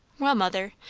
well, mother.